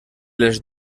les